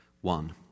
One